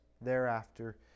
thereafter